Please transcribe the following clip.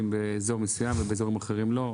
מסוימים ובאזורים אחרים לא.